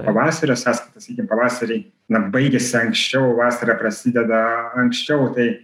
pavasario sąskaita sakykim pavasarį na baigiasi anksčiau vasara prasideda anksčiau tai